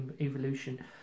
evolution